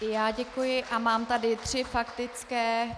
I já děkuji a mám tady tři faktické.